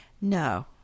No